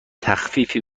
تخفیفی